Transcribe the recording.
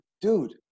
dude